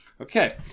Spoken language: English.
Okay